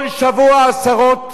כל שבוע, עשרות,